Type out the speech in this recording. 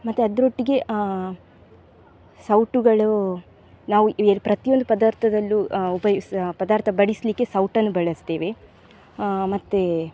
ಮತ್ತು ಅದರೊಟ್ಟಿಗೆ ಸೌಟುಗಳು ನಾವು ಇವಾಗ ಪ್ರತಿಯೊಂದು ಪದಾರ್ಥದಲ್ಲು ಉಪಯೋಗಿಸುವ ಪದಾರ್ಥ ಬಡಿಸಲಿಕ್ಕೆ ಸೌಟನ್ನು ಬಳಸ್ತೇವೆ ಮತ್ತು